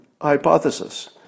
hypothesis